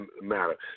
matter